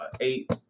eight